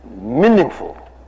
Meaningful